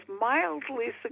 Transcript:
mildly